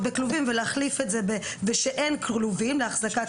בכלובים ולהחליף את זה ב-ושאין כלובים לאחזקת